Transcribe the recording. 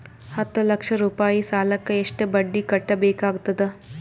ಹತ್ತ ಲಕ್ಷ ರೂಪಾಯಿ ಸಾಲಕ್ಕ ಎಷ್ಟ ಬಡ್ಡಿ ಕಟ್ಟಬೇಕಾಗತದ?